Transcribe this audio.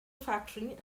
factory